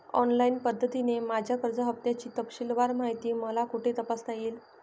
Online पद्धतीने माझ्या कर्ज हफ्त्याची तपशीलवार माहिती मला कुठे तपासता येईल?